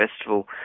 Festival